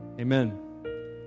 amen